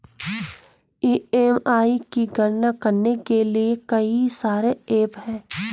EMI की गणना करने के लिए कई सारे एप्प हैं